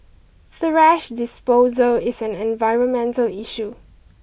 thrash disposal is an environmental issue